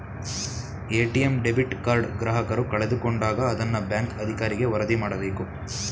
ATM debit card ಗ್ರಾಹಕರು ಕಳೆದುಕೊಂಡಾಗ ಅದನ್ನ ಬ್ಯಾಂಕ್ ಅಧಿಕಾರಿಗೆ ವರದಿ ಮಾಡಬೇಕು